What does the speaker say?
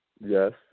Yes